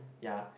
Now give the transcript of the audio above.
ya